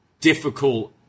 difficult